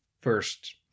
first